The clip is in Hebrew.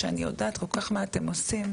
שאני יודעת כל כך מה אתם עושים,